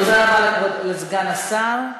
תודה לסגן השר.